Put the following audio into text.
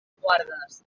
guardes